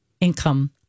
income